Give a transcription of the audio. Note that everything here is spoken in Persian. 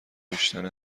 کشتن